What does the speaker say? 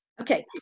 Okay